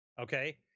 Okay